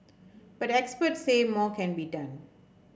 but experts say more can be done